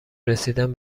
رسیدن